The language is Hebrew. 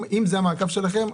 אם זה המעקב שלכם,